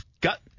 got